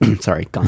sorry